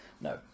no